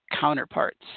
counterparts